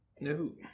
No